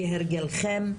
כהרגלכם,